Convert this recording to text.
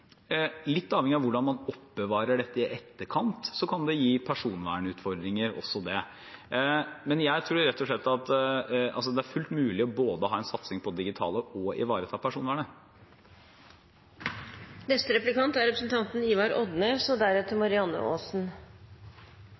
Litt avhengig av hvordan man oppbevarer dette i etterkant, kan også det gi personvernutfordringer. Men det er fullt mulig å satse både på det digitale og ivareta personvernet. Eg er einig med ministeren i at det ikkje er nok å sikra digitale verktøy i skulen – både infrastruktur og